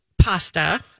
pasta